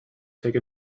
take